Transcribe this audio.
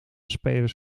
spelers